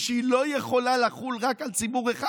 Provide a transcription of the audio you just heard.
ושהיא לא יכולה לחול רק על ציבור אחד,